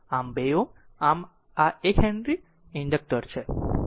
આમ 2 Ω આમ આ એક હેનરી ઇન્ડક્ટર છે